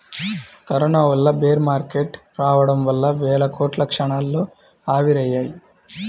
corona వల్ల bear market రావడం వల్ల వేల కోట్లు క్షణాల్లో ఆవిరయ్యాయి